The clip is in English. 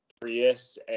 Prius